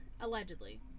Allegedly